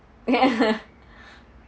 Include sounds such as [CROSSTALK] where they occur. [LAUGHS]